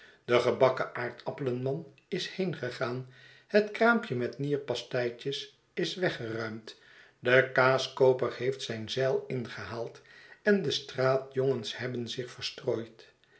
de gebakken aardappelenman is heengegaan het kraampje met nierpasteitjes is weggeruimd de kaaskooper heeft zijn zeil ingehaald en de straatjongens hebben zich verstrooid